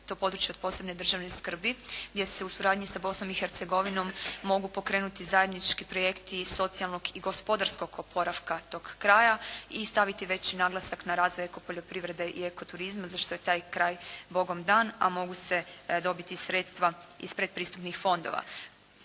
to područje od posebne državne skrbi gdje se u suradnji sa Bosnom i Hercegovinom mogu pokrenuti zajednički projekti socijalnog i gospodarskog oporavka tog kraja i staviti veći naglasak na razvoj eko poljoprivrede i eko turizma za što je taj kraj Bogom dan. A mogu se dobiti sredstva iz pretpristupnih fondova.